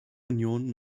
union